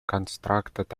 constructed